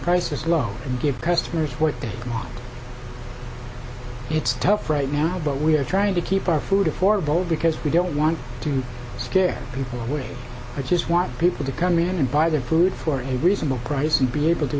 prices low and give customers what they can it's tough right now but we are trying to keep our food affordable because we don't want to scare people away or just want people to come in and buy their food for a reasonable price and be able to